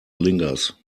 lingers